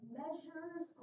measures